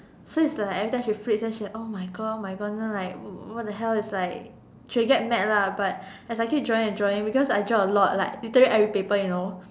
so it's like every time she flips then she like oh my god oh my god you know like what the hell is like she'll get mad lah but as I keep drawing and drawing because I draw a lot like literally every paper you know